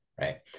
Right